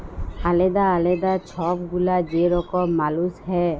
আলেদা আলেদা ছব গুলা যে রকম মালুস হ্যয়